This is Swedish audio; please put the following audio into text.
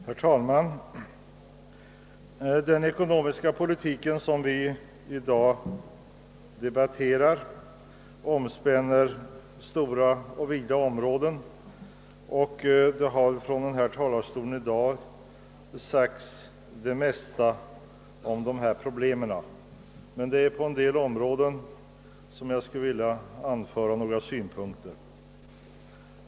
Herr talman! Den ekonomiska politiken, som vi i dag debatterar, omspänner stora och vida områden, och från denna talarstol har väl redan sagts det mesta om dessa problem, men det är ändå några synpunkter som jag skulle vilja anföra.